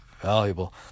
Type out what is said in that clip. valuable